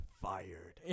fired